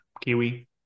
Kiwi